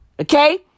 Okay